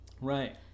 Right